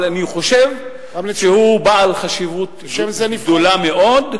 אבל אני חושב שהוא בעל חשיבות גדולה מאוד,